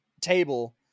table